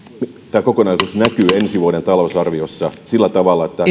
tämä kokonaisuus näkyy ensi vuoden talousarviossa sillä tavalla että